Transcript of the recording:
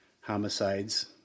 homicides